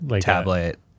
tablet